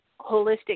holistic